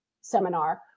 seminar